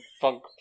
funk